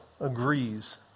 agrees